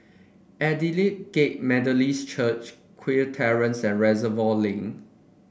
Aldersgate Methodist Church Kew Terrace and Reservoir Link